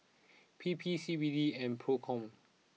P P C B D and Procom